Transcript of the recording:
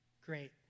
Great